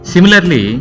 Similarly